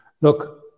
look